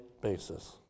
basis